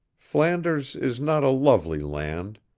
flanders is not a lovely land,